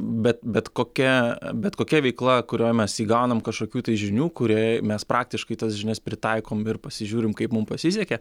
bet bet kokia bet kokia veikla kurioj mes įgaunam kažkokių tai žinių kurioje mes praktiškai tas žinias pritaikom ir pasižiūrim kaip mum pasisekė